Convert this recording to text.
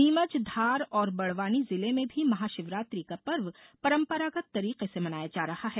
नीमचधारऔर बड़वानी जिले में भी महाशिवरात्रि का पर्व परंपरागत तरीके से मनाया जा रहा है